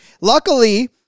Luckily